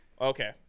Okay